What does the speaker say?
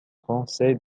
conseil